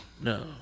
No